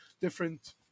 different